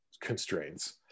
constraints